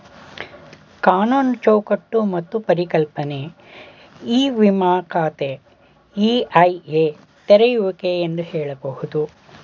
ಕಾನೂನು ಚೌಕಟ್ಟು ಮತ್ತು ಪರಿಕಲ್ಪನೆ ಇ ವಿಮ ಖಾತೆ ಇ.ಐ.ಎ ತೆರೆಯುವಿಕೆ ಎಂದು ಹೇಳಬಹುದು